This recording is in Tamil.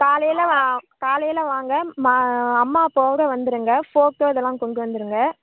காலையில வா காலையில வாங்க மா அம்மா அப்பாவோட வந்துவிடுங்க ஃபோட்டோ இதெல்லாம் கொண்டு வந்துருங்க